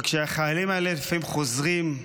וכשהחיילים האלה לפעמים חוזרים,